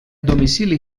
domicili